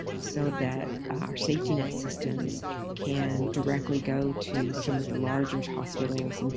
so that our safety net systems can directly go to some of the larger hospitals, and